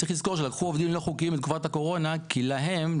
צריך לזכור שלקחו עובדים לא חוקיים בתקופת הקורונה כי להם,